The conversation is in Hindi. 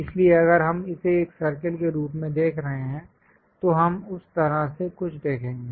इसलिए अगर हम इसे एक सर्कल के रूप में देख रहे हैं तो हम उस तरह से कुछ देखेंगे